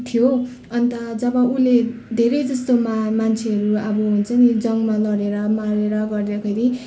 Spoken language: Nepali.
थियो अन्त जब उसले धेरै जस्तोमा मान्छेहरू अब हुन्छ नि जङमा लडेर मारेर गरेर फेरि